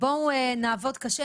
ולעבוד קשה?